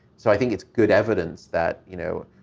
so i think it's good evidence that, you know.